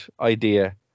idea